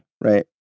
right